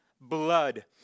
blood